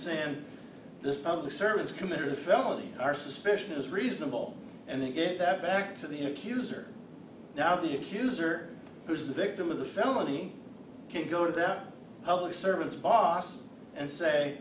saying this public servants committed a felony are suspicion is reasonable and then get that back to the accuser now the accuser who's the victim of the family can go to that public servants boss and say